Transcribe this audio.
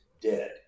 dead